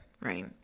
right